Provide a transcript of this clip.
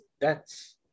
That's-